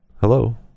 Hello